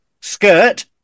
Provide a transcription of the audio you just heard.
skirt